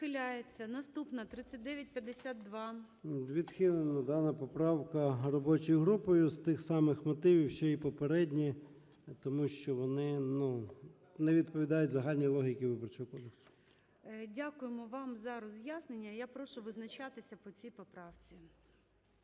Відхилена дана поправка робочою групою з тих самих мотивів, що і попередні, тому що вони не відповідають загальній логіці Виборчого кодексу. ГОЛОВУЮЧИЙ. Дякуємо вам за роз'яснення. І я прошу визначатися по цій поправці.